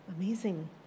amazing